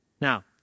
Now